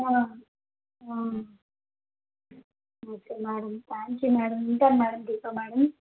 అవును okay madam thank you madam ఉంటాను madam Deepa madam